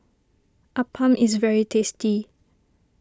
Appam is very tasty